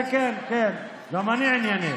כן, כן, גם אני ענייני.